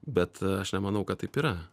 bet aš nemanau kad taip yra